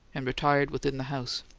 and retired within the house.